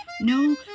No